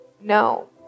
no